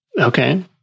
Okay